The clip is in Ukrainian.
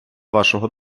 вашого